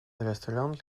restaurant